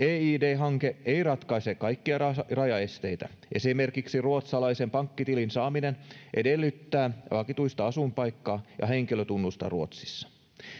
e id hanke ei ratkaise kaikkia rajaesteitä esimerkiksi ruotsalaisen pankkitilin saaminen edellyttää vakituista asuinpaikkaa ja henkilötunnusta ruotsissa